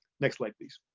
next slide please.